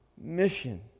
Mission